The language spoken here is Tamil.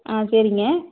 ஆ சரிங்க